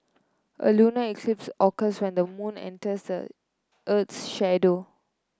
a lunar eclipse occurs when the moon enters the earth's shadow